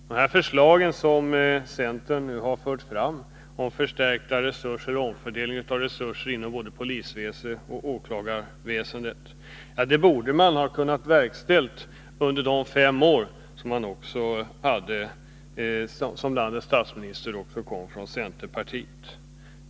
De förslag som centern nu har fört fram om förstärkta resurser och omfördelning av resurser inom både polisväsendet och åklagarväsendet borde man ha kunnat verkställa under de fem år som landets statsminister kom från centerpartiet.